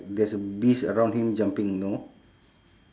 there's a bees around him jumping no